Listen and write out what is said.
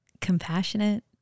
compassionate